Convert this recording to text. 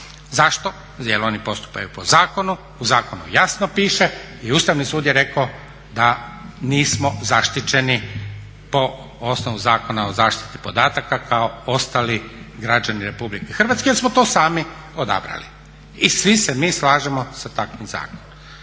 Zašto? Jer oni postupaju po zakonu, u zakonu jasno piše i Ustavni sud je rekao da nismo zaštićeni po osnovu Zakona o zaštiti podataka kao ostali građani RH jer smo to sami odabrali. I svi se mi slažemo sa takvim zakonom.